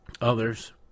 others